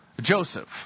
Joseph